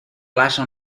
plaça